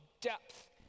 depth